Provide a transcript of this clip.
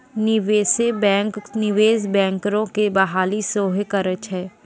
निवेशे बैंक, निवेश बैंकरो के बहाली सेहो करै छै